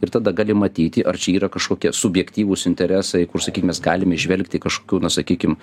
ir tada gali matyti ar čia yra kažkokie subjektyvūs interesai kur sakykim mes galime įžvelgti kažkokių na sakykim